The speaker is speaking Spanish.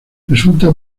resulta